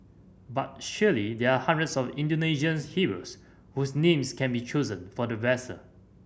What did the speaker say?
but surely there are hundreds of Indonesians heroes whose names can be chosen for the vessel